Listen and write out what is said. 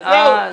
זהו,